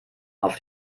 auf